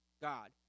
God